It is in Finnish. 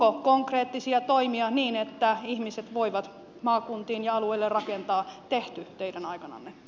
onko konkreettisia toimia niin että ihmiset voivat maakuntiin ja alueille rakentaa tehty teidän aikananne